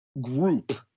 group